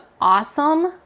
awesome